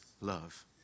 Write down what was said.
love